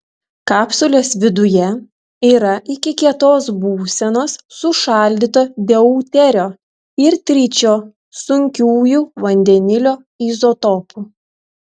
kapsulės viduje yra iki kietos būsenos sušaldyto deuterio ir tričio sunkiųjų vandenilio izotopų